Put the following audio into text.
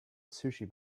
sushi